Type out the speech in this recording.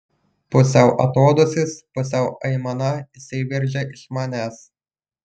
pusiau atodūsis pusiau aimana išsiveržia iš manęs